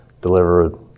deliver